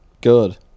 good